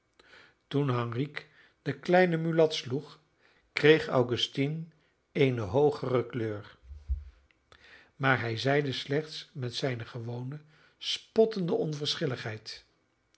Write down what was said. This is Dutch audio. toen henrique den kleinen mulat sloeg kreeg augustine eene hoogere kleur maar hij zeide slechts met zijne gewone spottende onverschilligheid